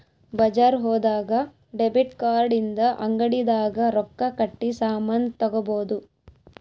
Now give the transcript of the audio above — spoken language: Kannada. ಬಜಾರ್ ಹೋದಾಗ ಡೆಬಿಟ್ ಕಾರ್ಡ್ ಇಂದ ಅಂಗಡಿ ದಾಗ ರೊಕ್ಕ ಕಟ್ಟಿ ಸಾಮನ್ ತಗೊಬೊದು